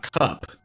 cup